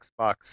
Xbox